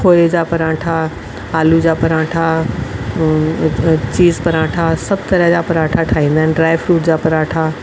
खोए जा पराठा आलूअ जा पराठा चीज़ पराठा सभु तरह जा पराठा ठाहींदा आहिनि ड्राए फ्रूट जा पराठा